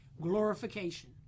glorification